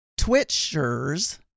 Twitchers